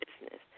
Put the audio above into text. business